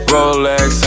Rolex